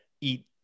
eat